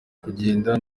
kugenda